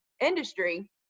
industry